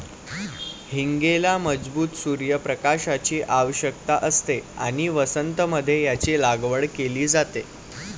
हींगेला मजबूत सूर्य प्रकाशाची आवश्यकता असते आणि वसंत मध्ये याची लागवड केली जाते